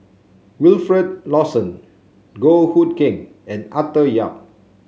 Wilfed Lawson Goh Hood Keng and Arthur Yap